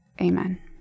amen